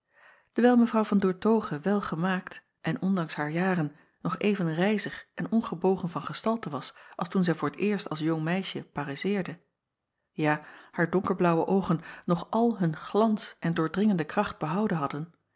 ewijl w an oertoghe welgemaakt en ondanks haar jaren nog even rijzig en ongebogen van gestalte was als toen zij voor t eerst als jong meisje paraisseerde ja haar donkerblaauwe oogen nog al hun glans en doordringende kracht behouden hadden